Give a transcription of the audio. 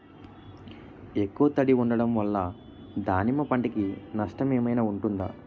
ఎక్కువ తడి ఉండడం వల్ల దానిమ్మ పంట కి నష్టం ఏమైనా ఉంటుందా?